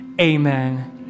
Amen